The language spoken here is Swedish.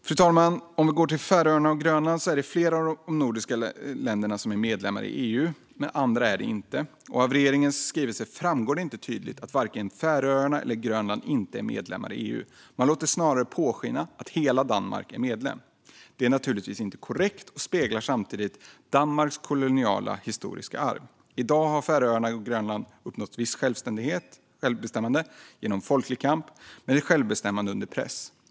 Fru talman! Jag går vidare till Färöarna och Grönland. Flera av de nordiska länderna är medlemmar i EU, men andra är det inte. Av regeringens skrivelse framgår det inte tydligt att varken Färöarna eller Grönland är medlemmar i EU. Man låter snarare påskina att hela Danmark är medlem. Det är naturligtvis inte korrekt och speglar samtidigt Danmarks koloniala historiska arv. I dag har Färöarna och Grönland uppnått visst självbestämmande genom folklig kamp, men det är ett självbestämmande under press.